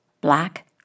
black